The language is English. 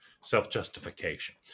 self-justification